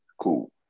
cool